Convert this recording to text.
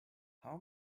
how